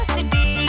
City